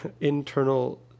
internal